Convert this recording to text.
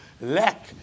Lack